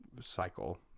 cycle